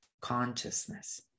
Consciousness